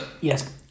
yes